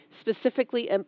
specifically